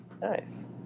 nice